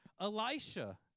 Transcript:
Elisha